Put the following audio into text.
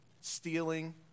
stealing